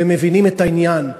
ומבינים את העניין.